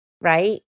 Right